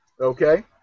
Okay